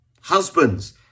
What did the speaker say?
Husbands